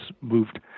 moved